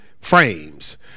frames